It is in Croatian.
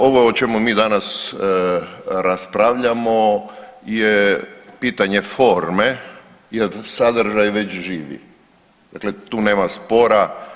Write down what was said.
Ovo o čemu mi danas raspravljamo je pitanje forme jer sadržaj već živi, dakle tu nema spora.